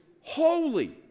holy